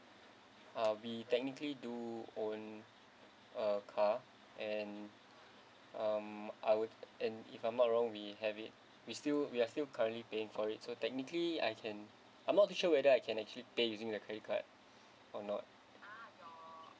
uh we technically do owned a car and um I would and if I'm not wrong we have it we still we are still currently paying for it so technically I can I'm not sure whether I can actually pay using the credit card or not